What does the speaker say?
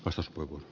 arvoisa puhemies